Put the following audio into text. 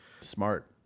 Smart